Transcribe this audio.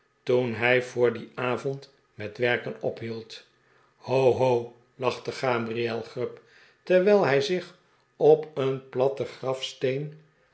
toen hij voor dien avond met werken ophield ho ho lachte gabriel grub terwijl hij zich op een platten grafsteen